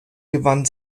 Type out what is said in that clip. gewann